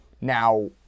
Now